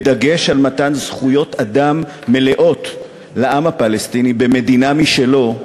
בדגש על מתן זכויות אדם מלאות לעם הפלסטיני במדינה משלו,